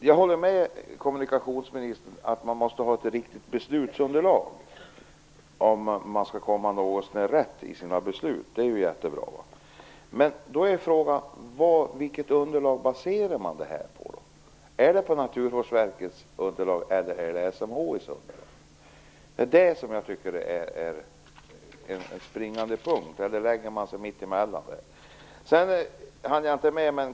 Herr talman! Jag håller med kommunikationsministern om att man måste ha ett riktigt beslutsunderlag om man skall komma något så när rätt i sina beslut. Det är jättebra. Men då är frågan vilket underlag man baserar detta på. Baseras det på Naturvårdsverkets underlag, SMHI:s underlag eller hamnar man mitt emellan? Det är det som jag tycker är den springande punkten här.